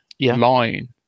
line